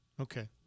Okay